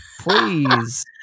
please